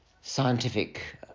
scientific